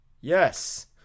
Yes